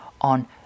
on